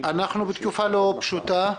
אנחנו בתקופה לא פשוטה.